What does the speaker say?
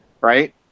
right